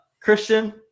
Christian